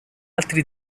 altri